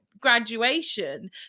graduation